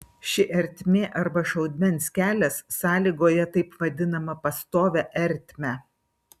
ši ertmė arba šaudmens kelias sąlygoja taip vadinamą pastovią ertmę